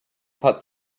put